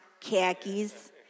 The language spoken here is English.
Khakis